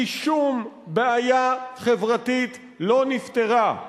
כי שום בעיה חברתית לא נפתרה,